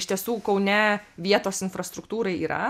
iš tiesų kaune vietos infrastruktūrai yra